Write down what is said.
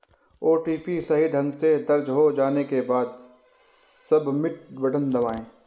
OTP सही ढंग से दर्ज हो जाने के बाद, सबमिट बटन दबाएं